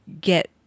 get